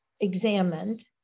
examined